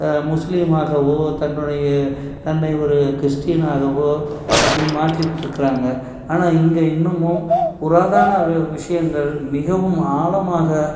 முஸ்லீமாகவோ தன்னுடைய தன்னை ஒரு கிறிஸ்டினாகவோ அப்படி மாற்றிக்கிட்டுருக்குறாங்க ஆனால் இங்கே இன்னுமும் புராதான விஷயங்கள் மிகவும் ஆழமாக